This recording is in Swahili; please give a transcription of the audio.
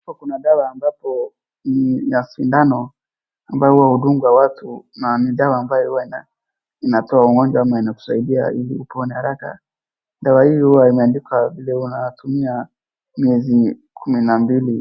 Hapa kuna dawa ambapo ni ya sindano ambayo huwa hudungwa watu na ni dawa ambayo huwa inatoa ugonjwa ama hutusaidia ili upone araka .Dawa hii huwa imeandikwa vile unatumia miezi kumi na mbili.